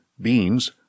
beans